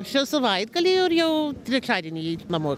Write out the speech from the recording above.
šį savaitgalį ir jau trečiadienį namo skrendam